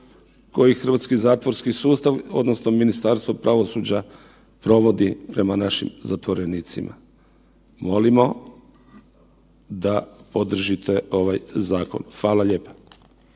koji hrvatski zatvorski sustav odnosno Ministarstvo pravosuđa provodi prema našim zatvorenicima. Molimo da podržite ovaj zakon. Hvala lijepo.